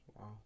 wow